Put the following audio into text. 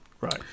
Right